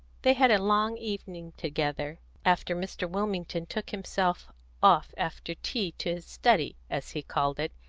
they had a long evening together, after mr. wilmington took himself off after tea to his study, as he called it,